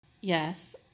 yes